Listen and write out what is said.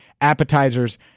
appetizers